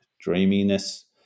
dreaminess